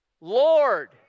Lord